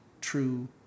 true